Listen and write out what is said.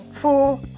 four